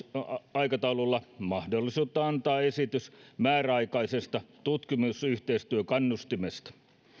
aikataululla mahdollisuutta antaa esitys määräaikaisesta tutkimusyhteistyökannustimesta